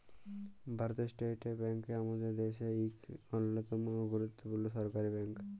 ভারতীয় state bank আমাদের দ্যাশের ইক অল্যতম গুরুত্তপুর্ল সরকারি ব্যাংক